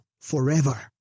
forever